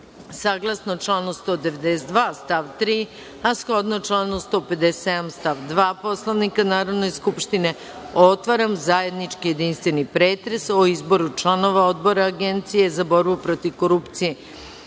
članu 192. stav 3, a shodno članu 157. stav 2. Poslovnika Narodne skupštine, otvaram zajednički jedinstveni pretres o Izboru članova Odbora Agencije za borbu protiv korupcije,